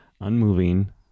unmoving